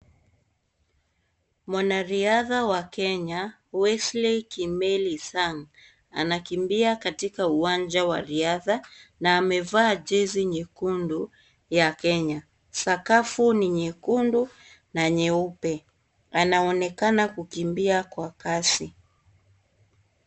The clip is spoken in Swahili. Mwanariadha wa Kenya, Wesley Kimeli Sang anakimbia katika uwanja wa riadha na amevaa jezi nyekundu ya Kenya. Sakafu ni nyekundu na nyeupe. Anaonekana kukimbia kwa kasi.